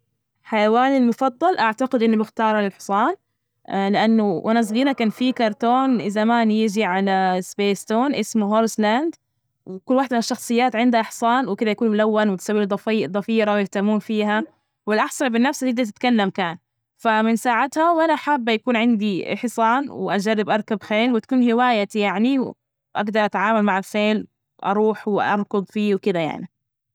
حيواني المفضل، أعتقد إني بختاره، الحصان، لأنه وأنا صغيره كان في كرتون زمان يجي على سبيستون إسمه هولس لاند، وكل وحدة من الشخصيات عندها حصان وكده يكون ملون وتسوله ضف- ضفيرة ويهتمون فيها، والأحسن بالنفس إللي بدها تتكلم كان ف من ساعتها وأنا حابة يكون عندي حصان وأجرب أركب خيل وتكون هوايتي يعني، و وأجدر أتعامل مع الخيل وأروح وأركض فيه وكده يعني.